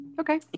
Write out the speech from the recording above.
Okay